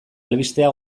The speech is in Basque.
albistea